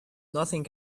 nothing